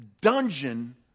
dungeon